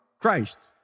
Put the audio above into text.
Christ